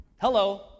Hello